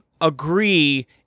agree